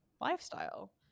lifestyle